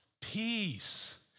Peace